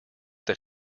that